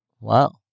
wow